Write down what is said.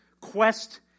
quest